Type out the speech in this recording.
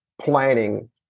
planning